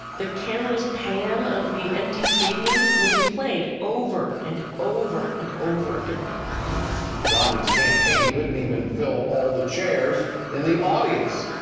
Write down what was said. the camera's pan of the empty stadium will be played over and over and over again romney's campaign couldn't even fill all the chairs in the audience